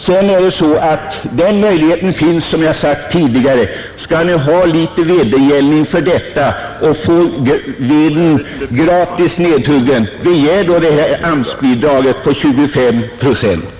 Om man vill ha något vederlag för detta arbete finns ju — som jag sagt tidigare — möjligheten att begära AMS-bidraget på 25 procent.